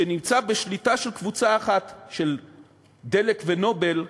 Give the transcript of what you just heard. שנמצא בשליטה של קבוצה אחת, של "דלק" ו"נובל"